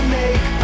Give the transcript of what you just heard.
make